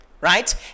right